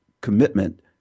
commitment